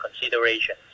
consideration